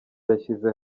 yashyize